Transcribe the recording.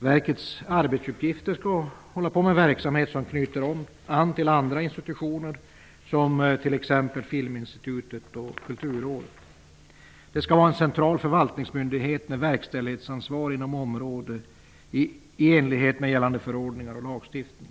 Verkets arbetsuppgifter skall knyta an till andra institutioner, t.ex. Filminstitutet och Kulturrådet. Det skall vara en central förvaltningsmyndighet med verkställighetsansvar inom område i enlighet med gällande förordningar och lagstiftning.